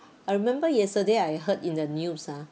I remember yesterday I heard in the news ah